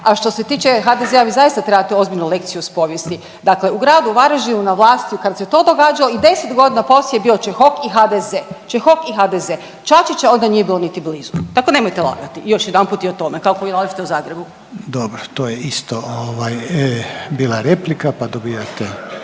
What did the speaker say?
A što se tiče HDZ-a vi zaista trebate ozbiljnu lekciju iz povijesti. Dakle, u gradu Varaždinu na vlasti kad se to događalo i 10 godina poslije je bio Čehok i HDZ. Čačića onda nije bilo niti blizu, tako nemojte lagati još jedanput i o tome kako vi lažete u Zagrebu. **Reiner, Željko (HDZ)** Dobro to je isto bila replika, pa dobivate